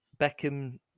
Beckham